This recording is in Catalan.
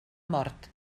mort